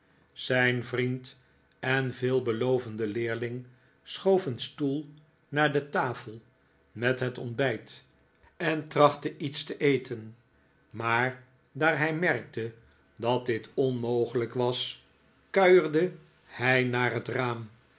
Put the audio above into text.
zijn vriend en veelbelovende leerling schoof een stoel naar de tafel met het ontbijt en trachtte iets te eten maar daar hij merkte dat dit onmogelijk was kuierde hij naar het raam